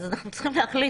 אנחנו צריכים להחליט.